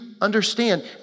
understand